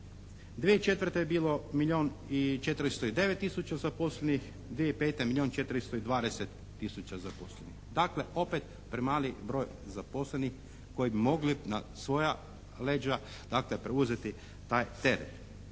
2004. 2004. je bilo milijun i 409 tisuća zaposlenih, 2005. milijun i 420 tisuća zaposlenih. Dakle, opet premali broj zaposlenih koji bi mogli na svoja leđa dakle preuzeti taj teret.